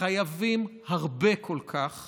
חייבים הרבה כל כך